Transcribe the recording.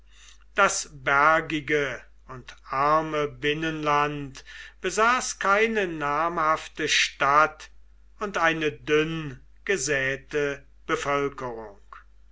das bergige und arme binnenland besaß keine namhafte stadt und eine dünn gesäte bevölkerung